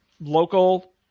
Local